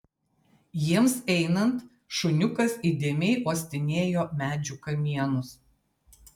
jiems einant šuniukas įdėmiai uostinėjo medžių kamienus